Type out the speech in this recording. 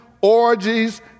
orgies